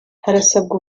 harasabwa